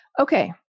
Okay